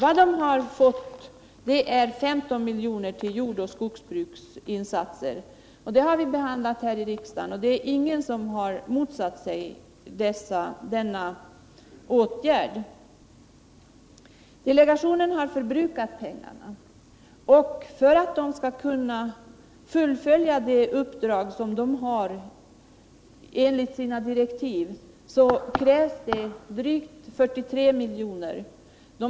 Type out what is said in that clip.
Vad som har reserverats är 15 milj.kr. till insatser i jordoch skogsbruk, vilka frågor vi har behandlat här i riksdagen, och det är ingen som därvid har motsatt sig denna åtgärd. Delegationen har förbrukat pengarna. För att delegationens uppdrag enligt direktiven skall kunna fullföljas krävs det drygt 43 milj.kr.